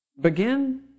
Begin